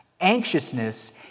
Anxiousness